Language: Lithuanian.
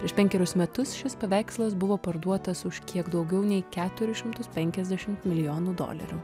prieš penkerius metus šis paveikslas buvo parduotas už kiek daugiau nei keturis šimtus penkiasdešimt milijonų dolerių